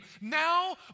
Now